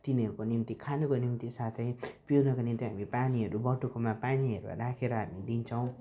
तिनीहरूको निम्ति खानुको निम्ति साथै पिउनुको निम्ति हामी पानीहरू बटुकोमा पानीहरू राखेर हामी दिन्छौँ